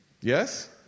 Yes